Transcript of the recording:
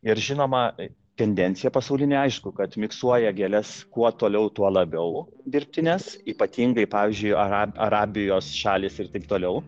ir žinoma tendencija pasaulinė aišku kad miksuoja gėles kuo toliau tuo labiau dirbtines ypatingai pavyzdžiui arabi arabijos šalys ir taip toliau